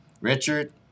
Richard